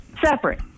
separate